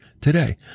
today